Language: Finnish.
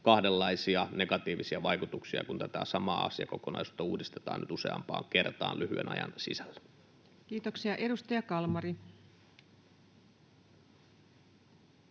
kahdenlaisia negatiivisia vaikutuksia, kun tätä samaa asiakokonaisuutta uudistetaan nyt useampaan kertaan lyhyen ajan sisällä. [Speech 161] Speaker: